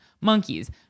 Monkeys